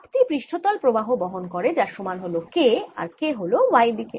পাত টি পৃষ্ঠতল প্রবাহ বহন করে যার সমান হল K আর K হল y দিকে